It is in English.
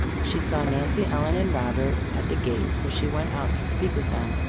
she saw nancy ellen and robert at the gate so she went out to speak with them.